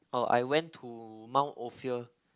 oh I went to Mount Ophir